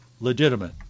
legitimate